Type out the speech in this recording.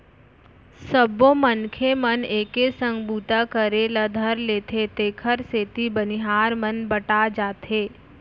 सबो मनखे मन एके संग बूता करे ल धर लेथें तेकर सेती बनिहार मन बँटा जाथें